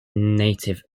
native